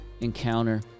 encounter